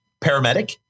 paramedic